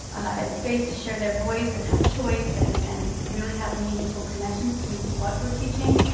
and space to share their voice, and have choice and and really have meaningful connections to what we're teaching,